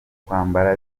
kwambara